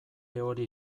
hori